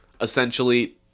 essentially